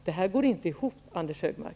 Detta går inte ihop, Anders G. Högmark.